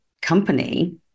company